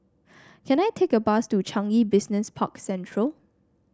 can I take a bus to Changi Business Park Central